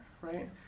right